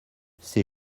ses